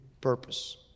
purpose